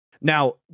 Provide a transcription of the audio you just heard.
Now